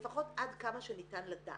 לפחות עד כמה שניתן לדעת.